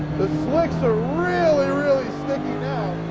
the slicks are really, really sticky now.